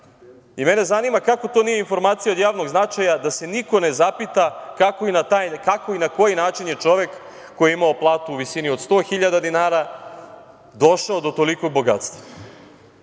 evra. Mene zanima kako to nije informacija od javnog značaja, da se niko ne zapita kako i na koji način je čovek koji je imao platu u visini od 100.000 dinara došao do tolikog bogatstva? Da